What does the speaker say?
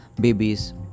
babies